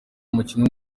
umukinnyi